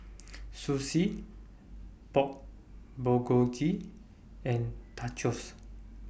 Sushi Pork Bulgogi and Tacos